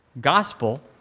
gospel